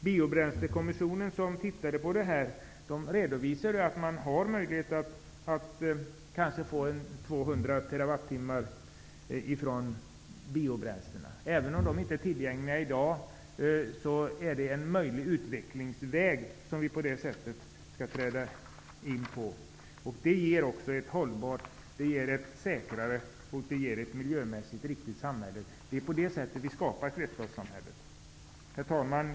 Biobränslekommissionen, som tittade på den här frågan, redovisade att det finns möjlighet att få kanske 200 TWh från biobränslena. Även om detta inte är tillgängligt i dag, är det en möjlig utvecklingsväg, som vi på det sättet kan träda in på. Det ger också ett hållbart, ett säkrare och ett miljömässigt riktigt samhälle. Det är på det sättet vi skapar kretsloppssamhället. Herr talman!